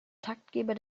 taktgeber